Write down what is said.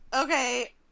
Okay